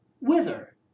Whither